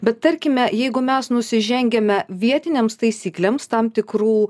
bet tarkime jeigu mes nusižengiame vietinėms taisyklėms tam tikrų